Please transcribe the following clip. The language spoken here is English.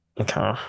Okay